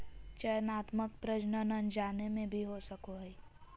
चयनात्मक प्रजनन अनजाने में भी हो सको हइ